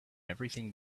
everything